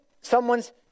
someone's